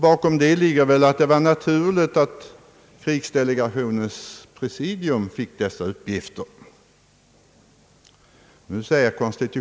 Bakom det ligger väl att det var naturligt att krigsdelegationens presidium fick «dessa uppgifter.